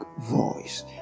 voice